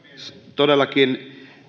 todellakin